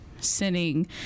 sinning